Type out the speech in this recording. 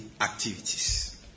activities